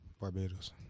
Barbados